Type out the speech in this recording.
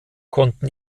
konnten